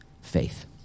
Faith